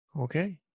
okay